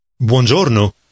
Buongiorno